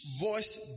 voice